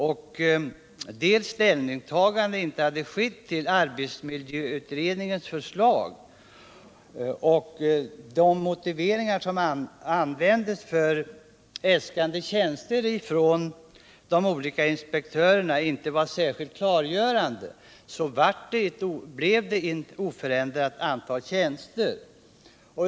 Något ställningstagande till arbetsmiljöutredningens förslag är inte gjort. De olika inspektionernas motiveringar för äskande av tjänster har inte varit särskilt klargörande. Resultatet har blivit oförändrat antal tjänster.